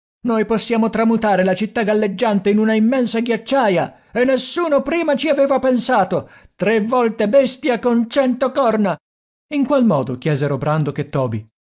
noi possiamo tramutare la città galleggiante in una immensa ghiacciaia e nessuno prima ci aveva pensato tre volte bestia con cento corna in qual modo chiesero brandok e toby